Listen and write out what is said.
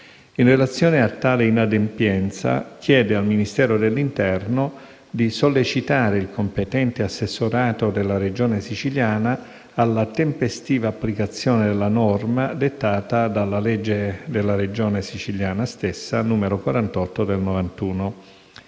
In relazione a tale inadempienza, chiede al Ministero dell'interno di sollecitare il competente assessorato della Regione Siciliana alla tempestiva applicazione della norma dettata dalla legge regionale siciliana n. 48 del 1991,